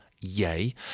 Yay